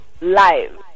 live